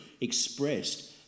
expressed